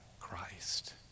Christ